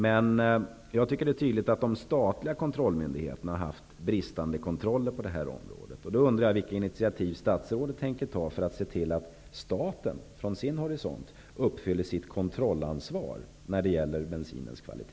Men jag tycker att det är tydligt att de statliga kontrollmyndigheterna haft bristande kontroller på detta område. Således undrar jag: